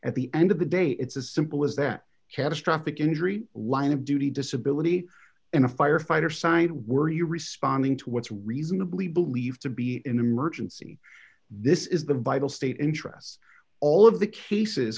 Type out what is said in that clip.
at the end of the day it's as simple as that catastrophic injury line of duty disability and a firefighter side were you responding to what's reasonably believed to be an emergency this is the vital state interests all of the cases